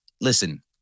Listen